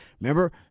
Remember